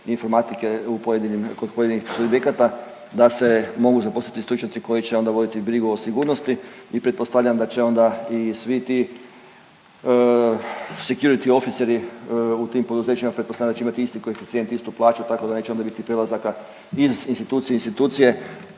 informatike kod pojedinih subjekata da se mogu zaposliti stručnjaci koji će onda voditi brigu o sigurnosti i pretpostavljam da će onda i svi ti security officeri u tim poduzećima pretpostavljam da će imati isti koeficijent, istu plaću tako da neće biti onda prelazaka iz institucije u institucije